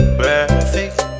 perfect